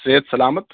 صحت سلامت